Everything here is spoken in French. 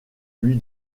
lui